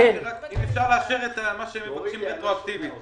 אם אפשר לאשר על מה שהם מבקשים רטרואקטיבית?